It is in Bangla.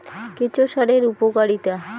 কেঁচো সারের উপকারিতা?